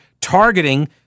targeting